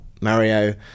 Mario